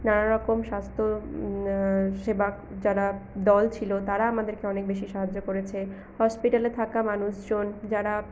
নানারকম স্বাস্থ্য সেবক যারা দল ছিল তারা আমাদেরকে অনেক বেশি সাহায্য করেছে হসপিটালে থাকা মানুষজন যারা